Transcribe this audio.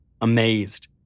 amazed